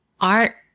Art